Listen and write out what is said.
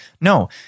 No